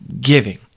giving